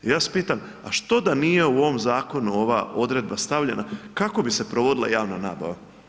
Ja vas pitam, a što da nije u ovom zakonu ova odredba stavljena, kako bi se provodila javna nabava?